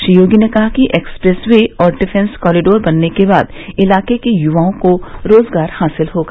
श्री योगी ने कहा कि एक्सप्रेस वे और डिफेंस कॉरीडोर बनने के बाद इलाके के युवाओं को रोज़गार हासिल होगा